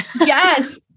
Yes